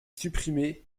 supprimé